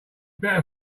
better